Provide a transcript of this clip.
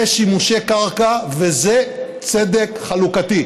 זה שימושי קרקע וזה צדק חלוקתי.